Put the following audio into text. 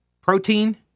protein